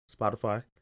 Spotify